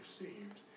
received